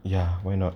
ya why not